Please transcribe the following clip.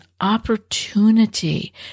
opportunity